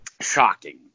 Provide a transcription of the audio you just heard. shocking